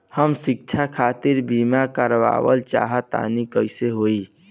हम शिक्षा खातिर बीमा करावल चाहऽ तनि कइसे होई?